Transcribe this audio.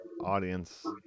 audience